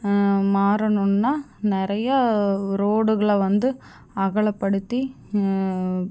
மாறணுன்னா நிறைய ரோடுகளை வந்து அகலப்படுத்தி